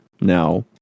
now